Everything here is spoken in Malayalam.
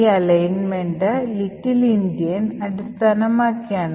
ഈ അലൈൻമെൻറ് ലിറ്റിൽ ഇൻഡിയൻ അടിസ്ഥാനമാക്കിയാണ്